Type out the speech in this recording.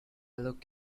look